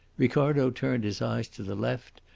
ricardo turned his eyes to the left,